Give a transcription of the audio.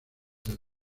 del